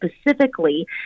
specifically